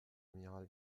amiral